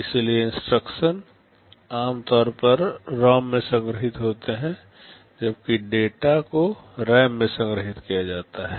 इसलिए इंस्ट्रक्शन आमतौर पर रौम में संग्रहीत होते हैं जबकि डेटा को रैम में संग्रहीत किया जाता है